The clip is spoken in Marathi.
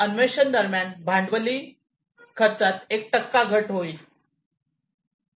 अन्वेषण दरम्यान भांडवली खर्चात एक टक्का घट होईल